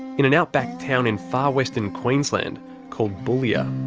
in an outback town in far western queensland called boulia.